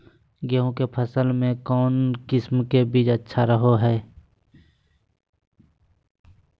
गेहूँ के फसल में कौन किसम के बीज अच्छा रहो हय?